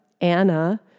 Anna